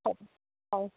হয় হয়